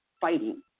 fighting